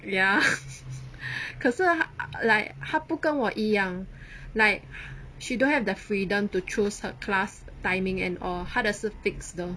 ya 可是她 like 她不跟我一样 like she don't have the freedom to choose her class timing and all 她的是 fix 的